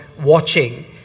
watching